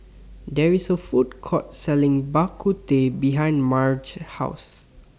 There IS A Food Court Selling Bak Kut Teh behind Marge's House